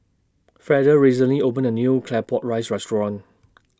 Freda recently opened A New Claypot Rice Restaurant